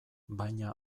baina